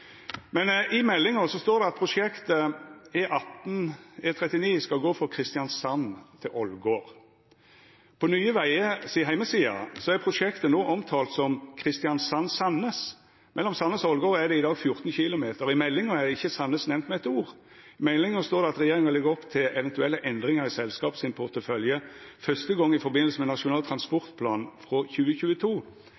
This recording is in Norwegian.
I meldinga står det at prosjektet E18/E39 skal gå frå Kristiansand til Ålgård. På heimesida til Nye Veier er prosjektet no omtalt som «Kristiansand–Sandnes». Mellom Sandnes og Ålgård er det i dag 14 kilometer, og i meldinga er ikkje Sandnes nemnt med eitt ord. I meldinga står det at regjeringa legg opp til «eventuelle endringer i selskapets portefølje første gang i forbindelse med Nasjonal